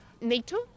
NATO